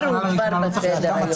הבוקר והוא כבר בסדר היום.